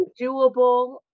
doable